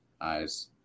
eyes